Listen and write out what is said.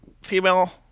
female